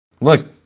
Look